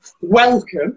Welcome